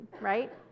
right